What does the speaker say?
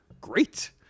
Great